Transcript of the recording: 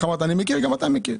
גם אתה מכיר.